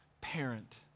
parent